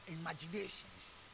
imaginations